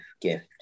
gift